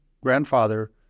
grandfather